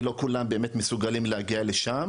ולא כולם באמת מסוגלים להגיע לשם